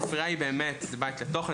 הספרייה היא באמת בית לתוכן,